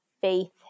faith